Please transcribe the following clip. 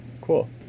cool